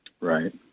Right